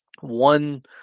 one